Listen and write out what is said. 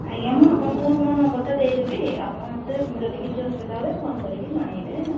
ଆଜ୍ଞା ମୁଁ ଆପଣଙ୍କୁ ମୋ ନମ୍ବର୍ଟା ଦେଇ ଦେବି ଆପଣ ମୋତେ ଯଦି କିଛି ଅସୁବିଧା ହୁଏ ଫୋନ୍ କରିକି ଜଣାଇବେ ହେଲା